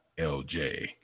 LJ